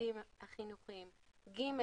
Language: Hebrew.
לצוותים החינוכיים ג.